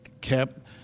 kept